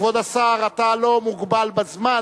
כבוד השר, אתה לא מוגבל בזמן,